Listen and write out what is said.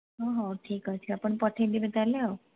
ହଁ ହଁ ଠିକ୍ ଅଛି ଆପଣ ପଠାଇଦେବେ ତା'ହେଲେ ଆଉ